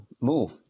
move